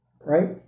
Right